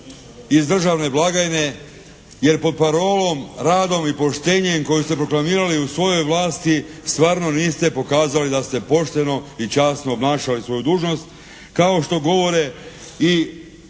iz državne blagajne, jer pod parolom radom i poštenjem koji ste proklamirali u svojoj vlasti stvarno niste pokazali da ste pošteno i časno obnašali svoju dužnost, kao što govore i